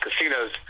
casinos